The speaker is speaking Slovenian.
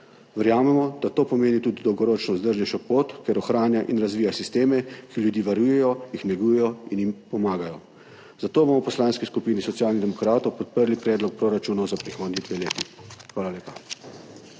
Verjamemo, da to pomeni tudi dolgoročno vzdržnejšo pot, ker ohranja in razvija sisteme, ki ljudi varujejo, jih negujejo in jim pomagajo. Zato bomo v Poslanski skupini Socialnih demokratov podprli predloga proračunov za prihodnji dve leti. Hvala lepa.